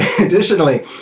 additionally